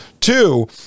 Two